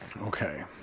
Okay